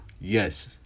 Yes